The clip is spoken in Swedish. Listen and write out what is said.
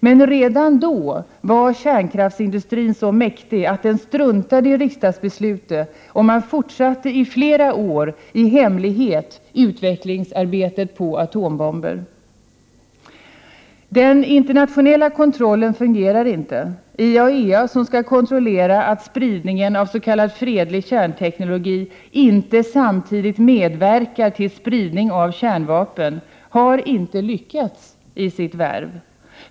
Men redan då var kärnkraftsindustrin så mäktig att den struntade i riksdagsbeslutet, och man fortsatte i flera år — i hemlighet — utvecklingsarbetet på atombomber. Den internationella kontrollen fungerar inte. IAEA, som skall kontrollera att spridningen av s.k. fredlig kärnteknologi inte samtidigt medverkar till spridning av kärnvapen, har inte lyckats i sitt värv.